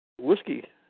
Whiskey